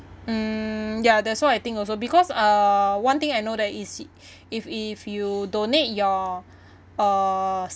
mm ya that's what I think also because uh one thing I know that is if if you donate your uh